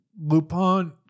Lupin